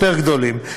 יותר גדולים.